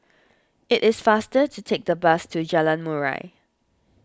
it is faster to take the bus to Jalan Murai